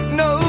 no